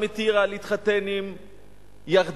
ואשה מטירה להתחתן עם ירדני,